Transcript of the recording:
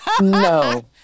no